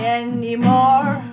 anymore